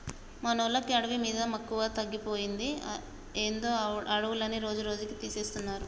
మనోళ్ళకి అడవి మీద మక్కువ తగ్గిపోయిందో ఏందో అడవులన్నీ రోజురోజుకీ తీసేస్తున్నారు